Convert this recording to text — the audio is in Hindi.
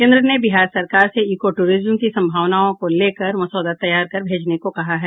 केंद्र ने बिहार सरकार से इको टूरिज्म की संभावनाओं को लेकर मसौदा तैयार कर भेजने को कहा है